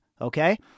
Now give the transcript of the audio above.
Okay